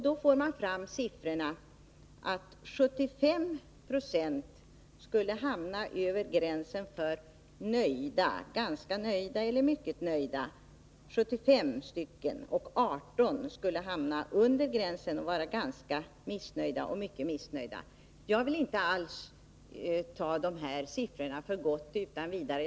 Då fick man fram att 75 personer förklarade sig nöjda, ganska nöjda eller mycket Nr 108 nöjda, medan 18 skulle hamna under gränsen och vara ganska missnöjda eller mycket missnöjda. Jag vill inte alls godta dessa siffror utan vidare.